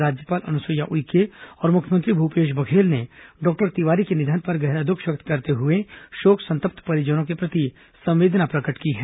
राज्यपाल अनुसुईया उइके और मुख्यमंत्री भूपेश बघेल ने डॉक्टर तिवारी के निधन पर गहरा दुख व्यक्त करते हुए शोक संतप्त परिजनों के प्रति संवेदना प्रकट की है